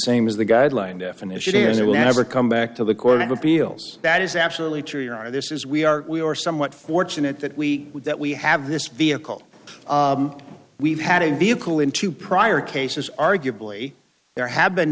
same as the guideline definition is they will never come back to the corner of appeals that is absolutely true your honor this is we are we are somewhat fortunate that we that we have this vehicle we've had a vehicle in two prior cases arguably there have been